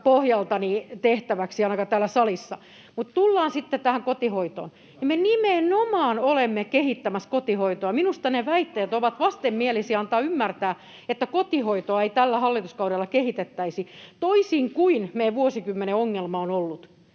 pohjalta tehtäväksi ainakaan täällä salissa. Mutta sitten tullaan tähän kotihoitoon. Me nimenomaan olemme kehittämässä kotihoitoa. Minusta ne väitteet ovat vastenmielisiä, jotka antavat ymmärtää, että kotihoitoa ei tällä hallituskaudella kehitettäisi. Teemme toisin kuin mikä meillä on ollut